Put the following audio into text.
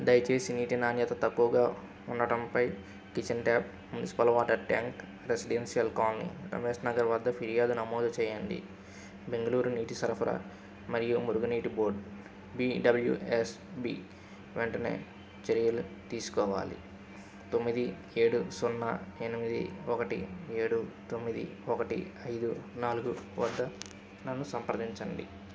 దయచేసి నీటి నాణ్యత తక్కువగా ఉండటంపై kitchen tap municipal water tank residential colony Ramesh Nagar వద్ద ఫిర్యాదు నమోదు చెయ్యండి బెంగళూరు నీటి సరఫరా మరియు మురుగునీటి బోర్డ్ బిడబల్యూఎస్బి వెంటనే చర్యలు తీసుకోవాలి తొమ్మిది ఏడు సున్నా ఎనిమిది ఒకటి ఏడు తొమ్మిది ఒకటి ఐదు నాలుగు వద్ద నన్ను సంప్రదించండి